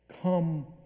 Come